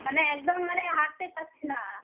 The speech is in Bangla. মানে একদম মানে হাঁটতে পারছি না